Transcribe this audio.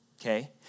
okay